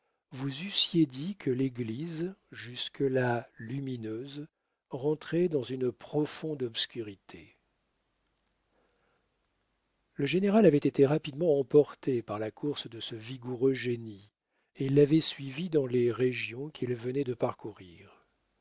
vous eussiez dit que l'église jusque-là lumineuse rentrait dans une profonde obscurité le général avait été rapidement emporté par la course de ce vigoureux génie et l'avait suivi dans les régions qu'il venait de parcourir